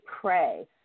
pray